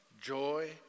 joy